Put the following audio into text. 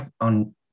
on